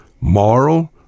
moral